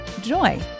joy